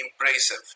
impressive